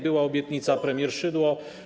Była obietnica premier Szydło.